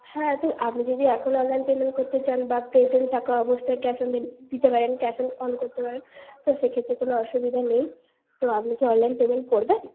হ্যাঁ তো আপনি যদি এখন অনলাইন পেমেন্ট করতে চান বা প্রেজেন্ট থাকা অবস্থায় ক্যাশ অন ডেলি দিতে পারেন ক্যাশ অন অন করতে পারেন তো সেক্ষেত্রে কোনও অসুবিধা নেই তো আপনি কি অনলাইন পেমেন্ট করবেন